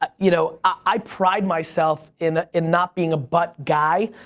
ah you know i pride myself in in not being a but guy,